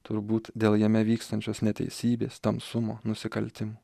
turbūt dėl jame vykstančios neteisybės tamsumo nusikaltimų